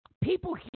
People